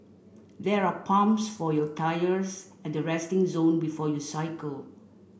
there are pumps for your tyres at the resting zone before you cycle